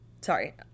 Sorry